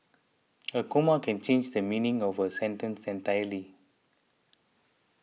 a comma can change the meaning of a sentence entirely